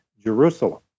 Jerusalem